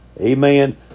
Amen